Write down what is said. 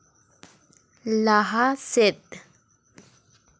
ᱞᱟᱦᱟ ᱥᱮᱫ